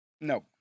No